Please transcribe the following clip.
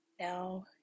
now